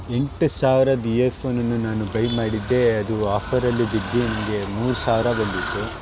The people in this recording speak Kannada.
ಎಂಟು ಸಾವಿರದ್ದು ಇಯರ್ ಫೋನುನ್ನ ನಾನು ಬೈ ಮಾಡಿದ್ದೆ ಅದು ಆಫರಲ್ಲಿ ಬಿದ್ದು ನನಗೆ ಮೂರು ಸಾವಿರ ಬಂದಿತ್ತು